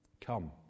Come